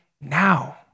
now